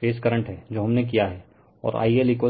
phase current हैं जो हमने किया हैं और IL√3 I